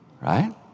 Right